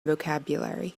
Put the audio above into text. vocabulary